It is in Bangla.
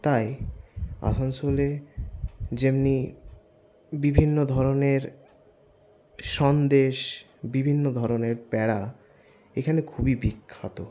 তাই আসানসোলে যেমনি বিভিন্ন ধরনের সন্দেশ বিভিন্ন ধরনের প্যাঁড়া এখানে খুবই বিখ্যাত